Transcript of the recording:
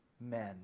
men